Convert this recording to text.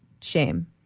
shame